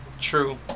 true